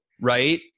Right